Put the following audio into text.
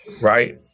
Right